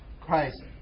Christ